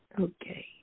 Okay